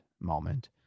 moment